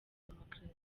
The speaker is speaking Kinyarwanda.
demokarasi